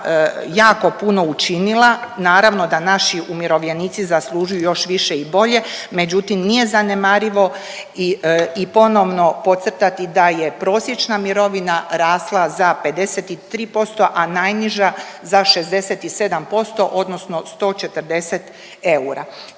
jako puno učinila. Naravno da naši umirovljenici zaslužuju još više i bolje, međutim nije zanemarivo i ponovno podcrtati da je prosječna mirovina rasla za 53%, a najniža za 67% odnosno 140 eura.